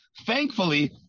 Thankfully